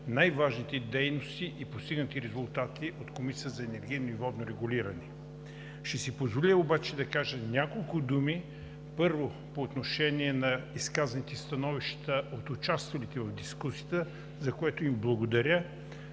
най-важните дейности и постигнати резултати от Комисията за енергийно и водно регулиране. Ще си позволя да кажа няколко думи. Първо, по отношение на изказаните становища от участвалите в дискусията, за което им благодаря.